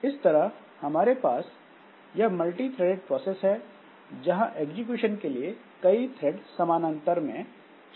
इस तरह हमारे पास यह मल्टीथ्रेडेड प्रोसेस हैं जहां एग्जीक्यूशन के कई थ्रेड समानांतर में चल रहे हैं